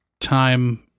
time